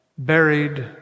Buried